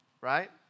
right